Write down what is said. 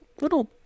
little